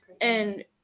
and-